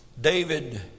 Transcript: David